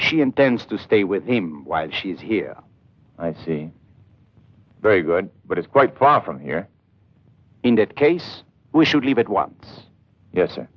she intends to stay with him while she is here i see very good but it's quite far from here in that case we should leave it